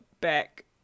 back